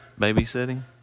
Babysitting